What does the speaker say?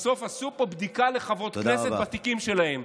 בסוף עשו פה בדיקה לחברות כנסת בתיקים שלהן.